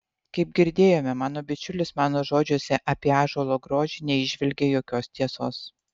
kaip girdėjome mano bičiulis mano žodžiuose apie ąžuolo grožį neįžvelgė jokios tiesos